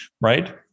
right